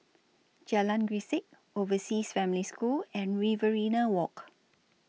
Jalan Grisek Overseas Family School and Riverina Walk